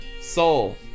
soul